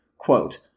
Quote